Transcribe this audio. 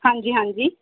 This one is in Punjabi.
ਹਾਂਜੀ ਹਾਂਜੀ